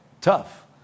Tough